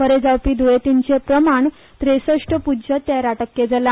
बरे जावपी दयेंतींचे प्रमाण त्रेसष्ट पूज्य तेरा टक्के जाला